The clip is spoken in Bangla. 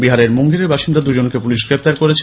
বিহারের মুঙ্গেরের বাসিন্দা দুজনকে পুলিশ গ্রেপ্তার করেছে